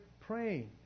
praying